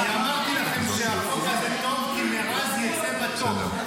אמרתי לכם שהחוק הזה טוב, ומעז יצא מתוק.